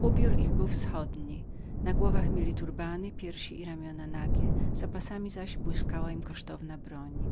ubiór ich był wschodni na głowach mieli turbany piersi i ramiona nagie za pasami zaś błyskała im kosztowna broń